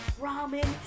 Ramen